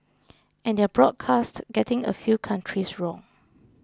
and their broadcast getting a few countries wrong